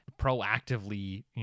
proactively